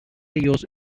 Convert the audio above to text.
ellos